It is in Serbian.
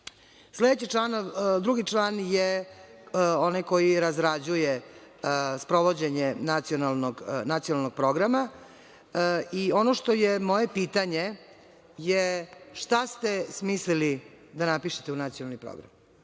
član je onaj koji razrađuje sprovođenje nacionalnog programa. Ono što je moje pitanje je – šta ste smislili da napišete u nacionalni program?